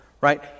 right